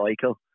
cycle